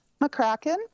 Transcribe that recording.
McCracken